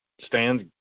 stands